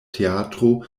teatro